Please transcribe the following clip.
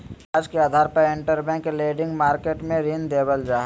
ब्याज के आधार पर इंटरबैंक लेंडिंग मार्केट मे ऋण देवल जा हय